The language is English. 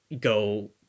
go